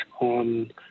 on